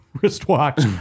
wristwatch